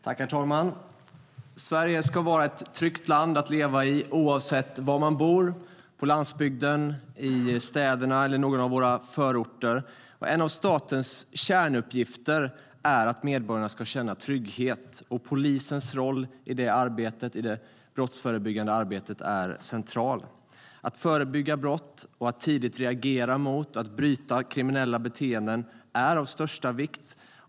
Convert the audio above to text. Herr talman! Sverige ska vara ett tryggt land att leva i, oavsett var man bor - på landsbygden, i städerna eller i någon av våra förorter. En av statens kärnuppgifter är att se till att medborgarna känner trygghet. Polisens roll i det brottsförebyggande arbetet är central. Att förebygga brott, att reagera tidigt och att bryta kriminella beteenden är av största vikt.